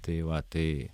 tai va tai